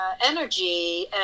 energy